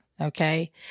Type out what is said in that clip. Okay